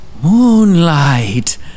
Moonlight